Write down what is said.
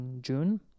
June